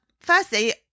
firstly